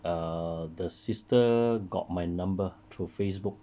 err the sister got my number through facebook